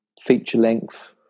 feature-length